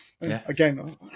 Again